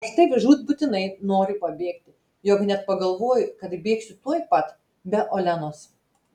aš taip žūtbūtinai noriu pabėgti jog net pagalvoju kad bėgsiu tuojau pat be olenos